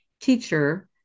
teacher